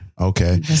Okay